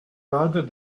other